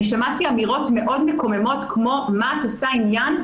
אני שמעתי אמירות מאוד מקוממות כמו "מה את עושה עניין,